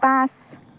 পাঁচ